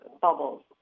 bubbles